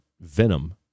venom